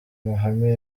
mahame